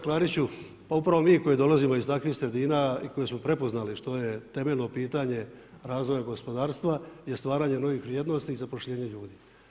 Kolega Klariću, pa upravo mi koji dolazimo iz takvih sredina i koji smo prepoznali što je temeljno pitanje razvoja gospodarstva je stvaranje novih vrijednosti i zapošljenje ljudi.